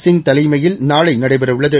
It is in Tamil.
சிங் தலைமையில் நாளை நடைபெற உள்ளது